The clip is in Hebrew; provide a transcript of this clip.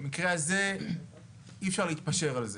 במקרה הזה, אי-אפשר להתפשר על זה.